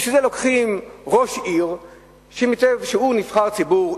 בשביל זה לוקחים ראש עיר שהוא נבחר ציבור,